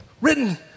written